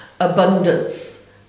abundance